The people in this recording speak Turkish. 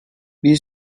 bir